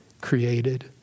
created